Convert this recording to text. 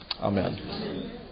Amen